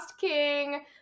King